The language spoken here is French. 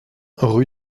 rue